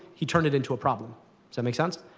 he turned it into a problem. does that makes sense?